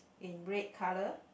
in red colour